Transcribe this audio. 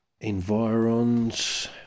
Environs